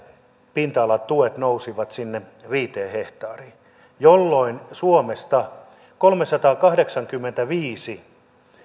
pinta alatuet nousivat sinne viiteen hehtaariin jolloin suomesta kolmesataakahdeksankymmentäviisi